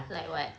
like what